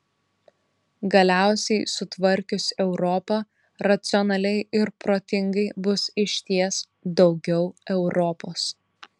galiausiai sutvarkius europą racionaliai ir protingai bus išties daugiau europos